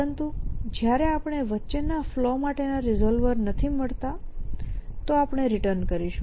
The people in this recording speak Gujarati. પરંતુ જ્યારે આપણે વચ્ચે ના ફલૉ માટેના રિઝોલ્વર નથી મળતા તો આપણે રીટર્ન થઈશું